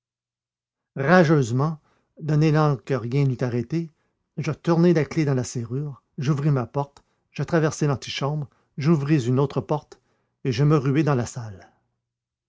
rageusement d'un élan que rien n'eût arrêté je tournai la clef dans la serrure j'ouvris ma porte je traversai l'antichambre j'ouvris une autre porte et je me ruai dans la salle